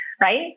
right